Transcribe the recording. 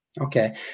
Okay